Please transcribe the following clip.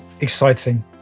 exciting